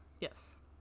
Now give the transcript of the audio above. Yes